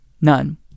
None